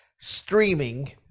streaming